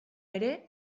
ere